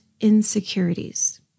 insecurities